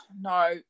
no